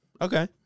Okay